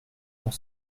pour